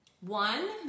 one